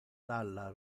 dalla